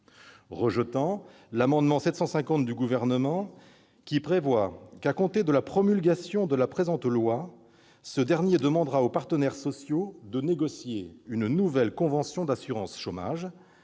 rejetant l'amendement n° 750 du Gouvernement qui prévoit que, à compter de la promulgation de la présente loi, ce dernier demandera aux partenaires sociaux de négocier une nouvelle convention d'assurance chômage,